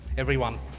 everyone.